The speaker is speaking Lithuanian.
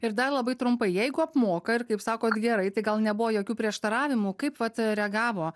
ir dar labai trumpai jeigu apmoka ir kaip sakot gerai tai gal nebuvo jokių prieštaravimų kaip vat reagavo